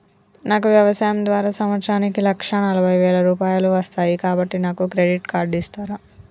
నాకు వ్యవసాయం ద్వారా సంవత్సరానికి లక్ష నలభై వేల రూపాయలు వస్తయ్, కాబట్టి నాకు క్రెడిట్ కార్డ్ ఇస్తరా?